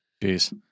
Peace